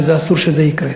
ואסור שזה יקרה.